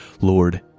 Lord